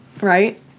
right